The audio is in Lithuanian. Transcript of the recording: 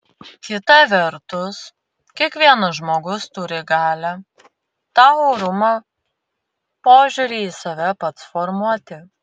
kita vertus kiekvienas žmogus turi galią tą orumą požiūrį į save pats formuoti